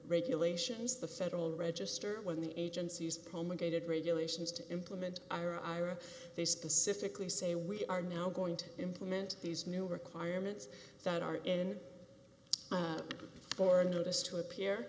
regulations the federal register when the agency is home a gated regulations to implement our ira they specifically say we are now going to implement these new requirements that are in for a notice to appear